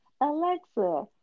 Alexa